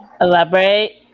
Elaborate